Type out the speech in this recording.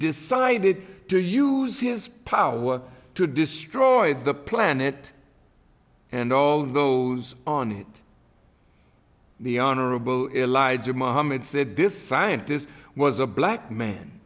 decided to use his power to destroy the planet and all those on it the honorable elijah mohammed said this scientists was a black man